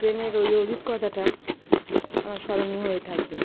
ট্রেনের ওই অভিজ্ঞতাটা আমার স্মরণীয় হয়ে থাকবে